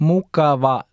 Mukava